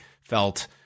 felt